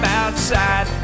outside